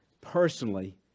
personally